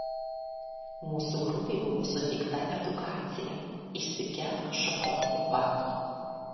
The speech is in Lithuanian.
mūsų grupei buvo suteikta edukacija išsikepk šakotį pats